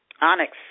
Onyx